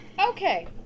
okay